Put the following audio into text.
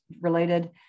related